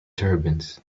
turbans